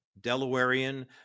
Delawarean